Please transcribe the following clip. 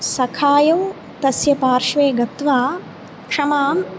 सखायौ तस्य पार्श्वे गत्वा क्षमां